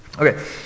Okay